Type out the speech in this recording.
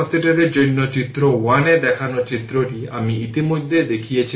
সুতরাং এখন লক্ষ্য করুন যে আমরা ইন্ডাক্টর কারেন্ট নির্বাচন করি